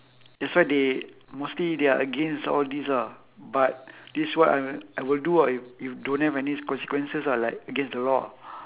that's why they mostly they are against all these ah but this is what I'll I will do ah if if don't have any consequences ah like against the law